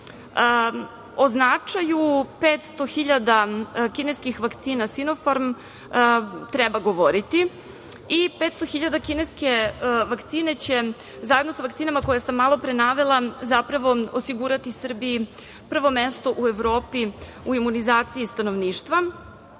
značaju 500 hiljada kineskih vakcina Sinofarm treba govoriti i 500 hiljada kineske vakcine će zajedno sa vakcinama koje sam malopre navele zapravo osigurati Srbiji prvo mesto u Evropi u imunizaciji stanovništva.